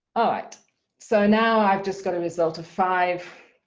alright so now i've just got a result of five,